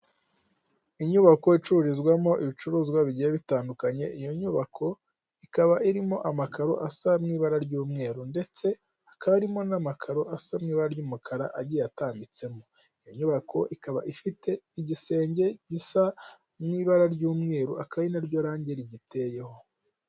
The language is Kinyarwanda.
Inyubako icururizwamo ibicuruzwa bigiye bitandukanye, iyo nyubako ikaba irimo amakaro asa n'i ibara ry'umweru, ndetse hakabamo n'amakaro asa ibara ry'umukara agiyetambitsemo. Iyo nyubako ikaba ifite igisenge gisa n'ibara ry'umweru, aka ari naryo range rigiteyeho.